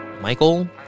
Michael